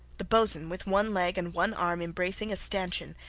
the boatswain, with one leg and one arm embracing a stanchion,